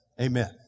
Amen